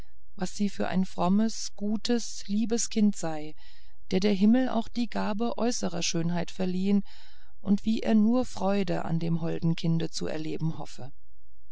was sie für ein frommes gutes liebes kind sei der der himmel auch die gabe äußerer schönheit verliehen und wie er nur freude an dem holden kinde zu erleben hoffe